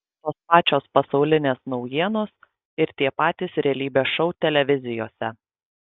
tos pačios pasaulinės naujienos ir tie patys realybės šou televizijose